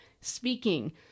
speaking